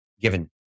given